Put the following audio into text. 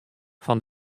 fan